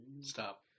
Stop